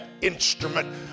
instrument